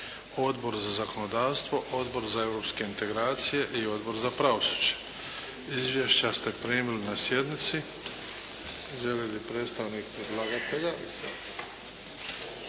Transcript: Odbor za zakonodavstvo, Odbor za europske integracije i Odbor za pravosuđe. Izvješća ste primili na sjednici.